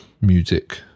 music